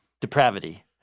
Depravity